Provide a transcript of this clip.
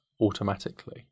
automatically